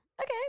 okay